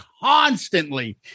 constantly